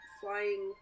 flying